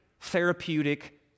therapeutic